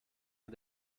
nur